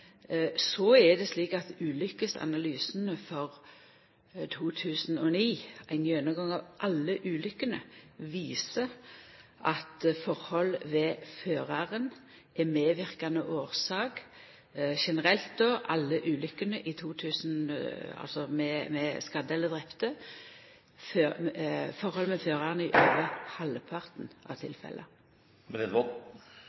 Så er det slik at ulykkesanalysane for 2009 – ein gjennomgang av alle ulykkene med skadde eller drepne – generelt viser at forhold ved føraren er medverkande årsak i halvparten av